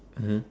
mmhmm